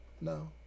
No